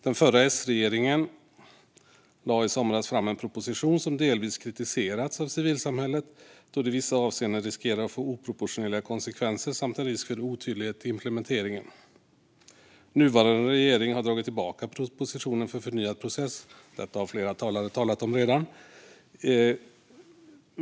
Den förra S-regeringen lade i somras fram en proposition som delvis kritiserats av civilsamhället då den i vissa avseenden riskerar att få oproportionerliga konsekvenser samt att det finns en risk för otydlighet i implementeringen. Nuvarande regering har dragit tillbaka propositionen för förnyad process - detta har flera talare talat om redan.